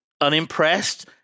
unimpressed